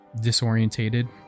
disorientated